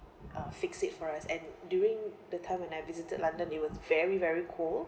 uh fix it for us and during the time when I visited london it was very very cold